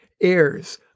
heirs